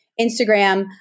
Instagram